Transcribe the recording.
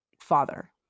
father